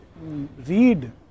read